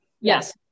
Yes